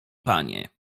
panie